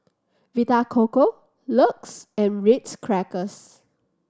Vita Coco LUX and Ritz Crackers